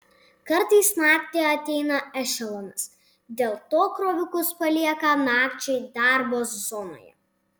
kartais naktį ateina ešelonas dėl to krovikus palieka nakčiai darbo zonoje